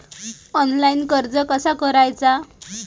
Online कर्ज कसा करायचा?